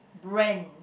brand